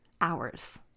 Hours